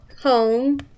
home